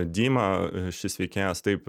dima šis veikėjas taip